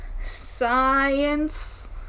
science